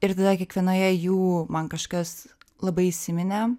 ir tada kiekvienoje jų man kažkas labai įsiminė